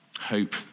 Hope